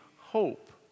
hope